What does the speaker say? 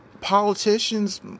politicians